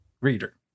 reader